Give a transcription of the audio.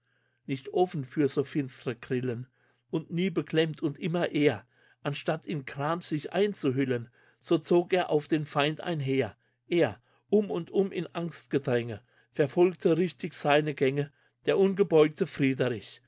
nicht offen für so finstre grillen und nie beklemmt und immer er anstatt in gram sich einzuhüllen so zog er auf den feind einher er um und um im angstgedränge verfolgte richtig seine gänge der ungebeugte